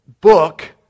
book